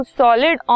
solid